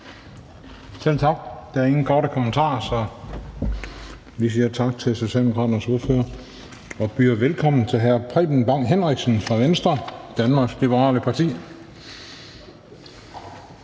Selv tak. Der er ingen korte kommentarer, så vi siger tak til Socialdemokraternes ordfører og byder velkommen på en nyafsprittet talerstol til hr. Preben Bang Henriksen fra Venstre, Danmarks Liberale Parti.